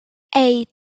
eight